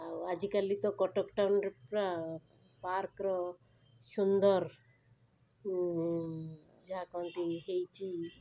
ଆଉ ଆଜିକାଲି ତ କଟକ ଟାଉନ ରେ ପୁରା ପାର୍କ ର ସୁନ୍ଦର ଯାହାକହନ୍ତି ହେଇଛି